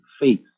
face